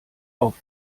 auf